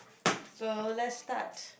so let's start